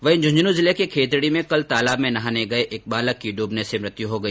वहीं झुंझुनूं जिले के खेतडी में कल तालाब में नहाने गये एक बालक की ड्बने से मृत्यु हो गई